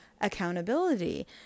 accountability